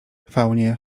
faunie